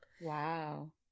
Wow